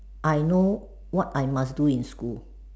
I know what I must do in school